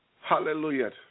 Hallelujah